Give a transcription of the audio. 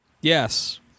Yes